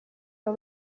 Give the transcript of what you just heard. abo